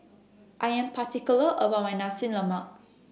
I Am particular about My Nasi Lemak